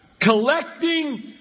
Collecting